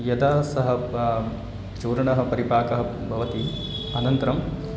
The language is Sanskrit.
यदा सः चूर्णः परिपाकः भवति अनन्तरम्